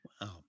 Wow